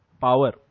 power